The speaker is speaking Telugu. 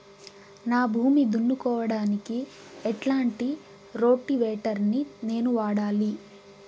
నా భూమి దున్నుకోవడానికి ఎట్లాంటి రోటివేటర్ ని నేను వాడాలి?